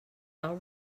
are